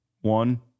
One